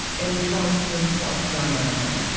in charleston, south carolina,